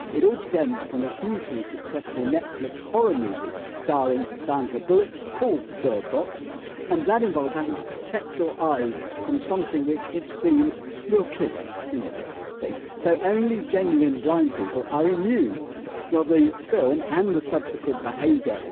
it all stems from a hugely successful netflix horror movie, starring sandra bullock called bird box and that involves having to protect your eyes from something which if seen will kill you. you know the kind of thing. so, only genuine blind people are immune well the film, and the subsequent behaviour,